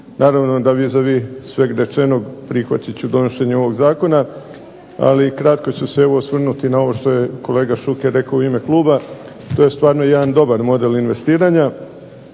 Naravno, da vis-a-vis sveg rečenog prihvatit ću donošenje ovog zakona, ali kratko ću se evo osvrnuti na ovo što je kolega Šuker rekao u ime kluba. To je stvarno jedan dobar model investiranja